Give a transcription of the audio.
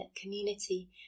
community